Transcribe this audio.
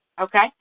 okay